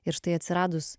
ir štai atsiradus